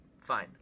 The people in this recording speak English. Fine